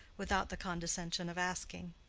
without the condescension of asking.